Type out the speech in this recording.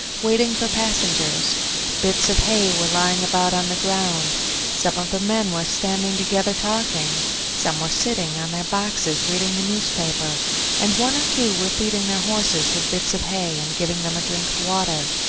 waiting for passengers bits of hay were lying about on the ground some of the men were standing together talking some were sitting on their boxes reading the newspaper and one or two were feeding their horses with bits of hay, and giving them a drink of water.